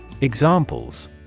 Examples